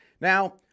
Now